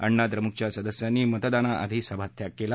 अण्णा द्रमुकच्या सदस्यांनी मतदानाआधी सभात्याग कला